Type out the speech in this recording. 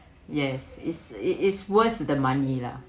yes it's it is worth the money lah